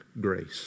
grace